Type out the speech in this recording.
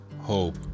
hope